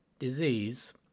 Disease